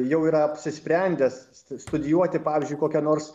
jau yra apsisprendęs studijuoti pavyzdžiui kokią nors